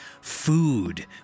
food